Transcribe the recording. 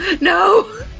no